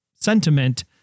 sentiment